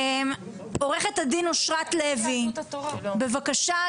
עורכת הדין אושרת לוי, בבקשה.